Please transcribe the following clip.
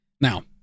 Now